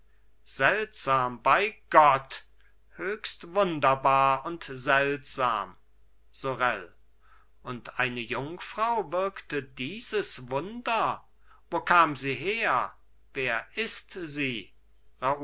seltsam bei gott höchst wunderbar und seltsam sorel und eine jungfrau wirkte dieses wunder wo kam sie her wer ist sie